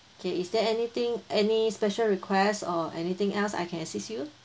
okay is there anything any special requests or anything else I can assist you